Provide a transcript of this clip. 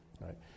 right